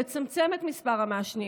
לצמצם את מספר המעשנים.